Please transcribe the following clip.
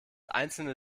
einzelne